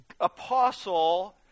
apostle